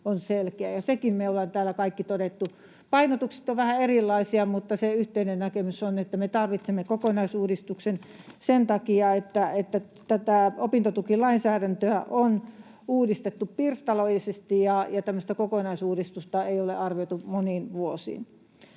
on selkeä, ja sekin me kaikki täällä ollaan todettu. Painotukset ovat vähän erilaisia, mutta se yhteinen näkemys on, että me tarvitsemme kokonaisuudistuksen sen takia, että tätä opintotukilainsäädäntöä on uudistettu pirstaleisesti ja tämmöistä kokonaisuudistusta ei ole arvioitu moniin vuosiin.